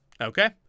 Okay